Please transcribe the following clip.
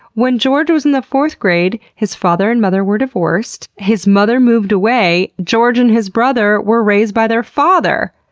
when george was in the fourth grade, his father and mother were divorced. his mother moved away. george and his brother were raised by their father.